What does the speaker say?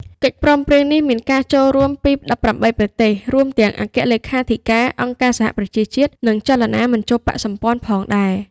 កិច្ចព្រមព្រៀងនេះមានការចូលរួមពី ១៨ ប្រទេស រួមទាំងអគ្គលេខាធិការអង្គការសហប្រជាជាតិ និងចលនាមិនចូលបក្សសម្ព័ន្ធផងដែរ។